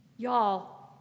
Y'all